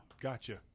Gotcha